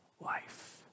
life